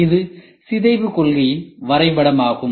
இது சிதைவு கொள்கையின் வரைபடம் ஆகும்